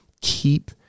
keep